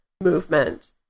movement